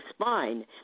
spine